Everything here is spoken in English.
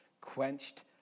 quenched